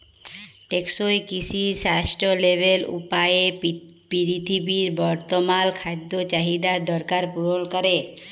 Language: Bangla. টেকসই কিসি সাসট্যালেবেল উপায়ে পিরথিবীর বর্তমাল খাদ্য চাহিদার দরকার পুরল ক্যরে